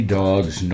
dogs